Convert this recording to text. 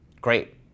great